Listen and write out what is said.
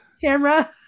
camera